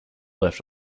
left